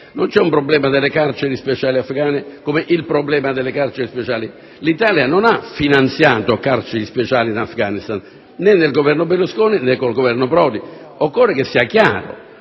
Non c'è un problema delle carceri speciali afghane come il problema delle carceri speciali. L'Italia non ha finanziato carceri speciali in Afghanistan, né con il Governo Berlusconi, né con il Governo Prodi. Occorre che sia chiaro